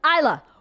Isla